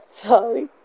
Sorry